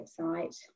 website